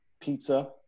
pizza